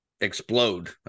explode